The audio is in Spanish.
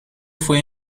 fue